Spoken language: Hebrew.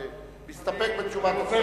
להסתפק בתשובת השר?